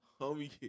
Homie